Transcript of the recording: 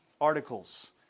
articles